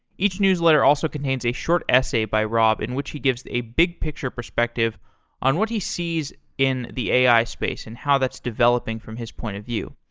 each newsletter also contains a short essay by rob in which he gives a big picture perspective on what he sees in the a i. space and how that's developing from his point of view.